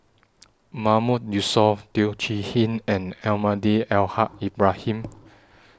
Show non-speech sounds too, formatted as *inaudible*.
*noise* Mahmood Yusof Teo Chee Hean and Almahdi Al Haj Ibrahim *noise*